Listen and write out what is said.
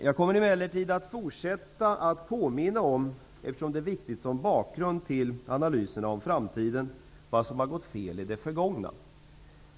Jag kommer emellertid att fortsätta att påminna om, eftersom det är viktigt som bakgrund till analyserna om framtiden, vad som har gått fel i det förgångna.